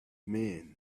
men